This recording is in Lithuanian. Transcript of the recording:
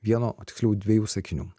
vieno o tiksliau dviejų sakinių